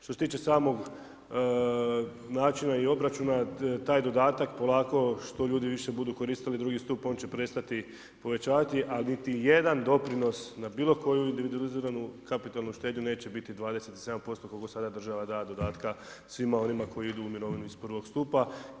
Što se tiče samog načina i obračuna, taj dodatak polako što ljudi više budu koristili drugi stup on će prestati povećavati, a niti jedan doprinos na bilo koju individualiziranu kapitalnu štednju neće biti 27% koliko sada država da dodatka svima onima koji idu u mirovinu iz prvog stupa.